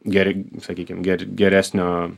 geri sakykim ger geresnio